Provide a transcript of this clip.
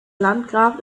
landgraf